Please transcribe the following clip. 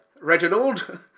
Reginald